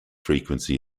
frequency